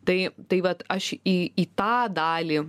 tai tai vat aš į į tą dalį